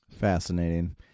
Fascinating